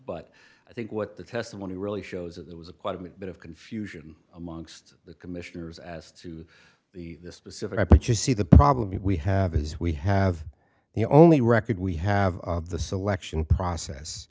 but i think what the testimony really shows that there was a quite a bit of confusion amongst the commissioners as to the specific i but you see the problem we have is we have the only record we have of the selection process